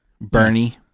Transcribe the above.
Bernie